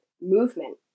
Movement